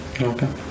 Okay